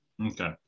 Okay